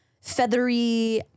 feathery